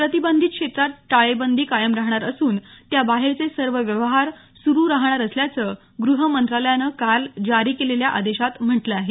प्रतिबंधित क्षेत्रात टाळेबंदी कायम राहणार असून त्याबाहेरचे सर्व व्यवहार सुरु राहणार असल्याचं गृह मंत्रालयानं काल जारी केलेल्या आदेशात म्हटलं आहे